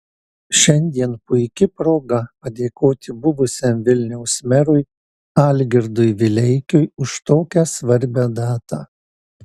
šiandien puiki proga padėkoti buvusiam vilniaus merui algirdui vileikiui už tokią svarbią datą